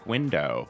Window